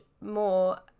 more